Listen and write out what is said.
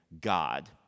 God